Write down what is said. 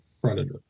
predator